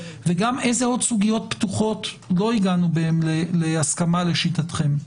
וגם איזה עוד סוגיות פתוחות לא הגענו בהן להסכמה לשיטתכם.